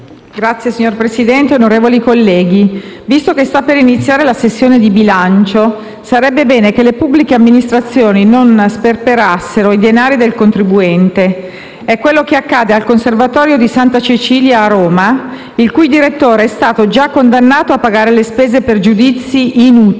Signor Presidente, onorevoli colleghi, visto che sta per iniziare la sessione di bilancio, sarebbe bene che le pubbliche amministrazioni non sperperassero i denari del contribuente. Questo è ciò che accade, invece, al Conservatorio Santa Cecilia di Roma, il cui direttore è stato già condannato a pagare le spese per giudizi inutili,